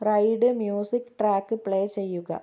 ride music track play ചെയ്യുക